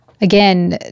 Again